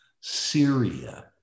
Syria